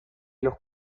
los